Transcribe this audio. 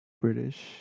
British